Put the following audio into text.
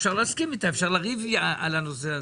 אפשר להסכים איתה, אפשר לריב על הנושא הזה.